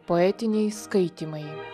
poetiniai skaitymai